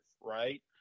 right